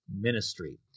ministry